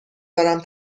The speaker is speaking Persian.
دارم